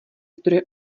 zdroje